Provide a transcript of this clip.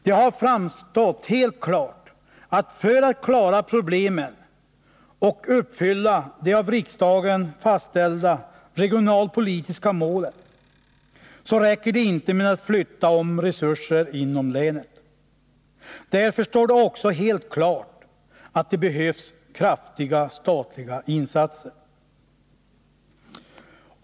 Det har framstått helt klart att det för att klara problemen och uppfylla de av riksdagen fastställda regionalpolitiska målen inte räcker att man flyttar om resurser inom länet. Därför står det också helt klart att det behövs kraftiga statliga insatser.